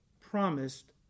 promised